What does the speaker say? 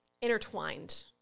intertwined